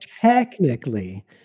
technically